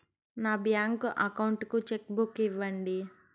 నా bank account కు cheque book ఇవ్వండి